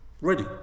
Ready